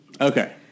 Okay